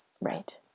right